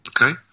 Okay